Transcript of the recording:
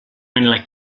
nella